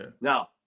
Now